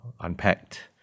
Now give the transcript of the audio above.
unpacked